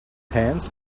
hands